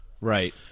right